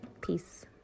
peace